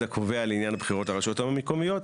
הקבוע לעניין הבחירות לרשויות המקומיות.